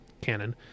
Canon